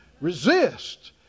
resist